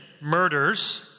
murders